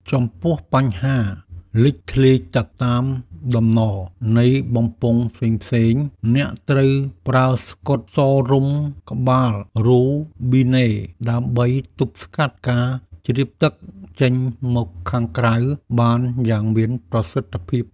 ចំពោះបញ្ហាលេចធ្លាយទឹកតាមដំណនៃបំពង់ផ្សេងៗ អ្នកត្រូវប្រើស្កុតសរុំក្បាលរ៉ូប៊ីណេដើម្បីទប់ស្កាត់ការជ្រាបទឹកចេញមកខាងក្រៅបានយ៉ាងមានប្រសិទ្ធភាព។